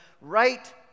right